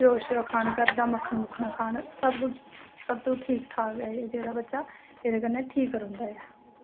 घिओ खाना घर दा मक्खन खाना सब कुछ ठीक ठाक ऐ जेह्ड़ा बच्चा एह्दे कन्नै ठीक रौहंदा